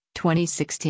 2016